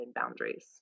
boundaries